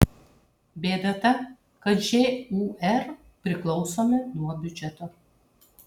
bėda ta kad žūr priklausomi nuo biudžeto